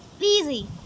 easy